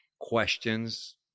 questions